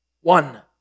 One